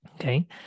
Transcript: okay